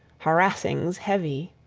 harassings heavy.